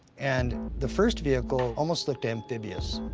and the first vehicle almost looked amphibious,